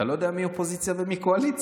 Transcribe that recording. אתה לא יודע מי אופוזיציה ומי קואליציה.